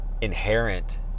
inherent